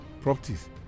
properties